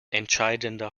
entscheidender